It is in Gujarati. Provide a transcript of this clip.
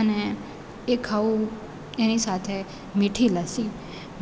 અને એ ખાઉં એની સાથે મીઠી લસ્સી